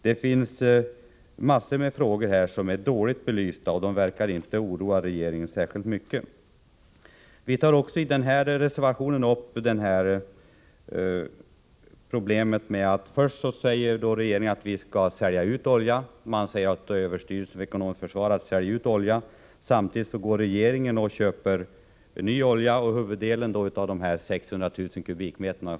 Det finns en mängd frågor som är dåligt belysta, och det verkar inte oroa regeringen särskilt mycket. Vi tar i den reservationen också upp problemet att regeringen säger att vi skall uppdra åt överstyrelsen för ekonomiskt försvar att sälja ut oljan — samtidigt som regeringen köper ny olja. Vad gäller huvuddelen av de 600 000 m?